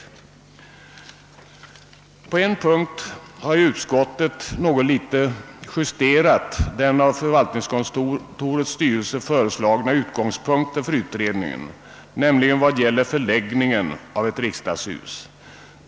På en punkt har utskottet i någon mån justerat den av förvaltningskontorets styrelse föreslagna utgångspunkten för utredningen, nämligen i vad gäller förläggningen av ett riksdagshus.